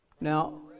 Now